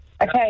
Okay